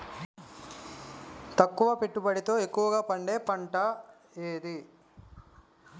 తక్కువ పెట్టుబడితో ఎక్కువగా పండే పంట ఏది?